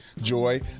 Joy